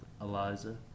Eliza